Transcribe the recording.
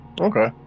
Okay